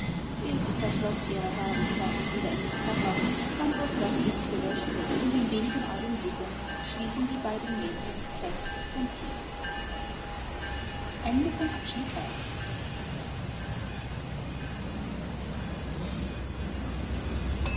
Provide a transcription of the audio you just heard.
ilse verschloß ihre herrlichkeiten wieder in den koffer dann wurde das licht gelöscht und in wenigen augenblicken schliefen die beiden mädchen fest und tief